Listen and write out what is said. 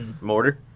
Mortar